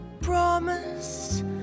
promise